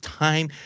time